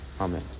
Amen